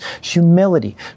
humility